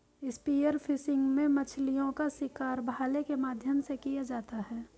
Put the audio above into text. spear fishing में मछलीओं का शिकार भाले के माध्यम से किया जाता है